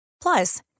Plus